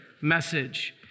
message